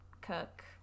cook